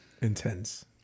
intense